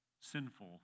sinful